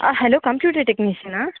ah hello computer டெக்னீஷனா